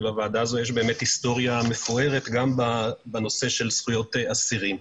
לוועדה הזאת יש היסטוריה מפוארת גם בנושא של זכויות אסירים.